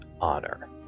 honor